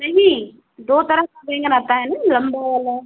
नहीं दो तरह का बैंगन आता है न लम्बा वाला